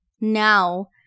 now